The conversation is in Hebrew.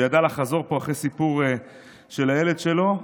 שידע לחזור פה אחרי סיפור של הילד שלו,